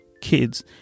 kids